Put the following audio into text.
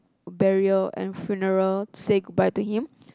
burial and funeral say goodbye to him